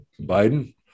Biden